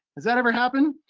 has that ever happened?